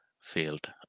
field